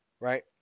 Right